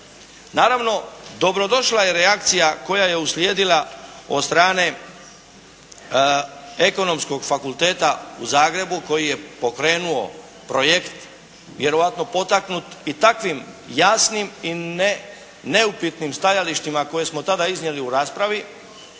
Naravno dobro došla je reakcija koja je uslijedila od strane Ekonomskog fakultet u Zagrebu koji je pokrenuo projekt, vjerojatno potaknut i takvim jasnim i neupitnim stajalištima koje smo tada iznijeli u raspravi